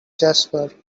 jasper